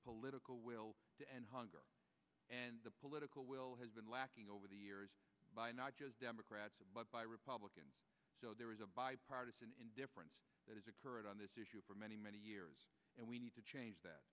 political will to end hunger and the political will has been lacking over the years by not just democrats but by republicans so there is a bipartisan indifference that is occurred on this issue for many many years and we need to change that